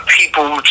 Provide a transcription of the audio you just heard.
people